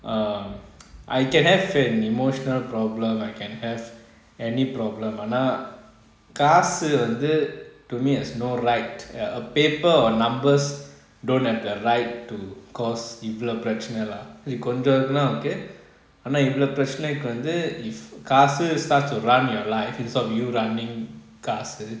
um I can have an emotional problem I can have any problem ஆனா காசு வந்து: aana kaasu vanthu to me there's no right uh a paper or numbers don't have the right to cause இவ்ளோ பிரச்னை:ivlo prechana lah கொஞ்சம் இருந்த:konjam iruntha okay ஆனா இவ்ளோ பிரச்னைக்கு வந்து:aana ivlo prechanaiku vanthu if காசு:kaasu starts to run your life instead of you running காசு:kaasu